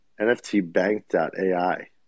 NFTbank.ai